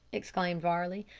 exclaimed varley.